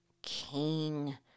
king